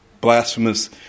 blasphemous